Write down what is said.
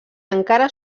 encara